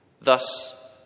Thus